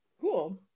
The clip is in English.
cool